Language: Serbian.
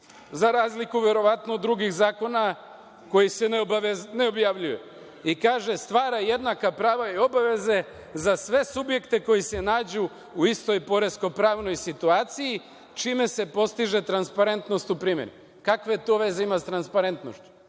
za razliku, verovatno, od drugih zakona koji se ne objavljuje. I kaže – stvara jednaka prava i obaveze za sve subjekte koji se nađu u istoj poresko-pravnoj situaciji, čime se postiže transparentnost u primeni. Kakve to veze ima sa transparentnošću?